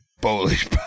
Polish